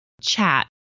chat